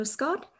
Scott